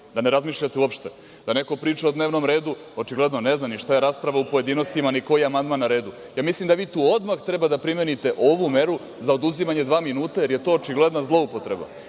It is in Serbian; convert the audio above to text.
da ne razmišljate uopšte. Da neko priča o dnevnom redu, a očigledno ne zna ni šta je rasprava u pojedinostima, ni koji je amandman na redu, mislim da vi tu odmah treba da primenite ovu meru za oduzimanje dva minuta, jer je to očigledna zloupotreba. Na